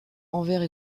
envers